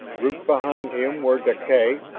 grouped behind him were deklay,